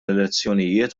elezzjonijiet